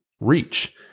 reach